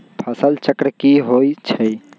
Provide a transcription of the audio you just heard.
फसल चक्र की होइ छई?